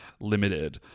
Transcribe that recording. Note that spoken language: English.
Limited